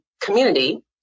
community